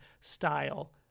style